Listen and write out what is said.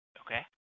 Okay